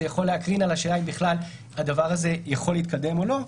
זה יכול להקרין על השאלה אם בכלל הדבר הזה יכול להתקדם או לא,